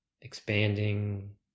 Expanding